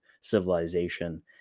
civilization